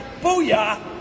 Booyah